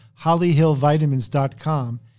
hollyhillvitamins.com